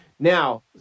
Now